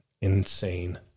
insane